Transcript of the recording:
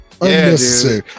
unnecessary